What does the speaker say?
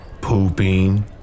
Pooping